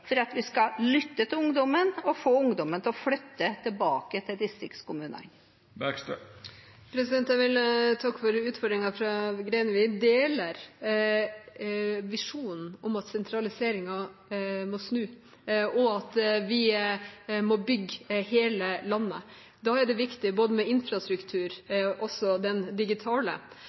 for seg er nødvendig for at vi skal lytte til ungdommen og få ungdommen til å flytte tilbake til distriktskommunene? Jeg vil takke for utfordringen fra Greni. Vi deler visjonen om at sentraliseringen må snu, og at vi må bygge hele landet. Da er det viktig med infrastruktur –også den digitale.